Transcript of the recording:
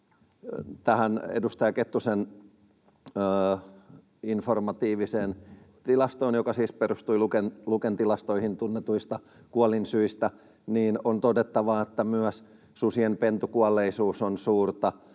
Tähän edustaja Kettusen informatiiviseen tilastoon, joka siis perustui Luken tilastoihin tunnetuista kuolinsyistä, on todettava, että myös susien pentukuolleisuus on suurta,